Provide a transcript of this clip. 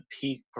peak